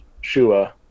Shua